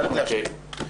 צריך לאפשר.